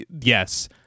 Yes